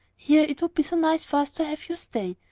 here it would be so nice for us to have you stay,